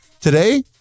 Today